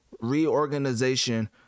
reorganization